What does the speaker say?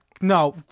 no